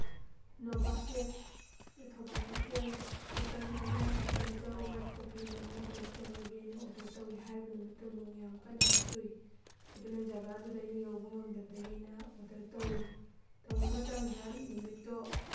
ꯅꯣꯕꯥ cafe ꯊꯧꯕꯥꯜ ꯀꯩꯊꯦꯜꯗ chicken ꯑꯩꯅ chicken chow white coffee momo ꯚꯦꯖꯤꯇꯦꯕꯜꯒꯤ ꯑꯩꯅ ꯑꯣꯗꯔ ꯇꯧꯋꯤ ꯍꯥꯏꯔꯤꯕ ꯅꯨꯃꯤꯠꯇꯣ ꯅꯣꯡ ꯌꯥꯝ ꯀꯟꯅꯁꯨ ꯆꯨꯏ ꯑꯗꯨꯅ ꯖꯒꯥꯗꯨꯗ ꯑꯩꯅ ꯌꯧꯕ ꯉꯝꯗꯕꯗꯒꯤ ꯑꯩꯅ ꯑꯣꯗꯔ ꯇꯧꯋꯤ ꯇꯧꯕ ꯃꯇꯝꯗ ꯅꯨꯃꯤꯠꯇꯣ